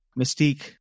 Mystique